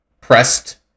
pressed